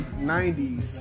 90s